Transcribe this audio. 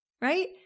right